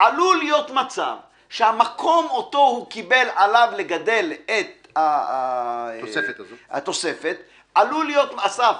עלול מצב שהמקום אותו הוא קיבל עליו לגדל את התוספת עלול להיות אסף,